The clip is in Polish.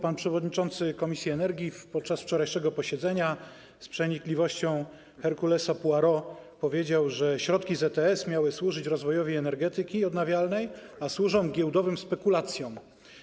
Pan przewodniczący komisji energii podczas wczorajszego posiedzenia z przenikliwością Herkulesa Poirot powiedział, że środki z ETS miały służyć rozwojowi energetyki odnawialnej, a służą giełdowym spekulacjom.